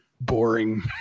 boring